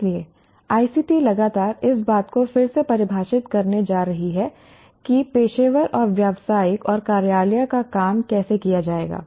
इसलिए ICT लगातार इस बात को फिर से परिभाषित करने जा रही है कि पेशेवर और व्यावसायिक और कार्यालय का काम कैसे किया जाएगा